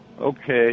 Okay